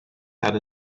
had